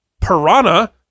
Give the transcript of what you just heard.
piranha